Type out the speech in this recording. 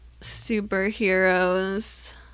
superheroes